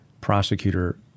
prosecutor